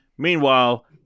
Meanwhile